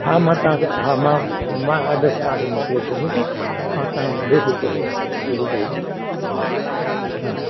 हा मां तव्हांखे हा मां मां ॾिसां थो मोकिले छॾंदसि तव्हां बेफ़िक्र रहो अहिड़ी काई ॻाल्हि काने हा